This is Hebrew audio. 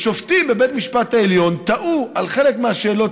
שופטים בבית המשפט העליון תהו על חלק מהשאלות,